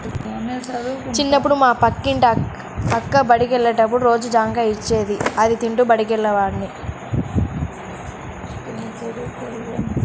చిన్నప్పుడు మా పక్కింటి అక్క బడికెళ్ళేటప్పుడు రోజూ నాకు ఒక జాంకాయ ఇచ్చేది, అది తింటూ బడికెళ్ళేవాడ్ని